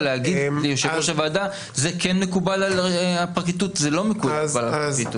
להגיד ליושב ראש הוועדה שזה כן מקובל על הפרקליטות וזה לא מקובל עליה.